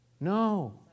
No